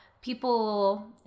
people